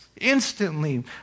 Instantly